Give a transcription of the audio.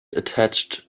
attached